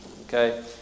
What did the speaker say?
okay